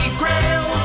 grail